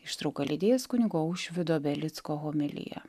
ištrauką lydės kunigo aušvydo belicko homilija